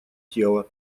тела